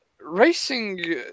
racing